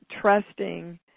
trusting